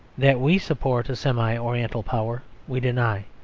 that we support a semi-oriental power, we deny.